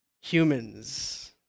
Humans